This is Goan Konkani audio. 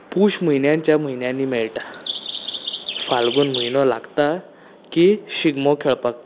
पुष म्हयन्याच्या म्हयन्यानीं मेळटा फाल्गुन म्हयनो लागता की शिगमो खेळपाक